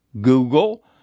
Google